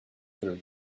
through